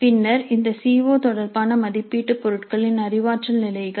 பின்னர் இந்த C O தொடர்பான மதிப்பீட்டு பொருட்களின் அறிவாற்றல் நிலைகள்